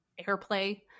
airplay